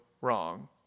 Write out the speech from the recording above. wrong